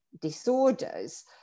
disorders